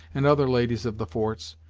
and other ladies of the forts,